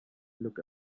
look